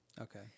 Okay